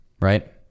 right